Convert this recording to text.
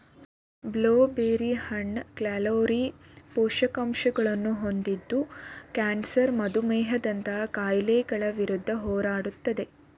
blue berry ಹಣ್ಣು calorie, ಪೋಷಕಾಂಶಗಳನ್ನು ಹೊಂದಿದ್ದು ಕ್ಯಾನ್ಸರ್ ಮಧುಮೇಹದಂತಹ ಕಾಯಿಲೆಗಳ ವಿರುದ್ಧ ಹೋರಾಡುತ್ತದೆ